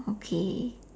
okay